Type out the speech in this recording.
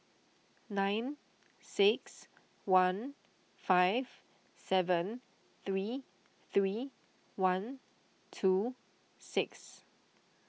nine six one five seven three three one two six